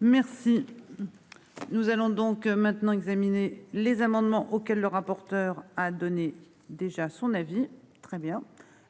Merci. Nous allons donc maintenant examiner les amendements auxquels le rapporteur a donné déjà son avis. Très bien.